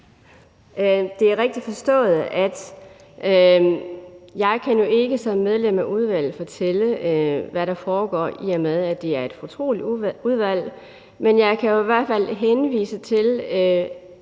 Det er rigtigt forstået, at jeg jo ikke som medlem af udvalget kan fortælle, hvad der foregår, i og med at det er et fortroligt udvalg, men jeg kan jo i hvert fald henvise til,